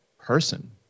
person